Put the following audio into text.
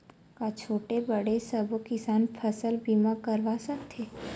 का छोटे बड़े सबो किसान फसल बीमा करवा सकथे?